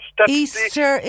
Easter